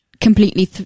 completely